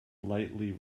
lightly